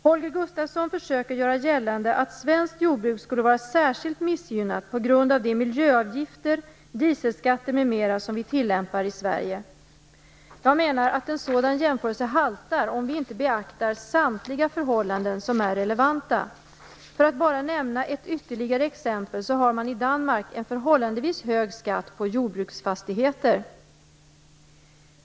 Holger Gustafsson försöker göra gällande att svenskt jordbruk skulle vara särskilt missgynnat på grund av de miljöavgifter, dieselskatter m.m. som vi tillämpar i Sverige. Jag menar att en sådan jämförelse haltar om vi inte beaktar samtliga förhållanden som är relevanta. För att bara nämna ett ytterligare exempel har man i Danmark en förhållandevis hög skatt på jordbruksfastigheter.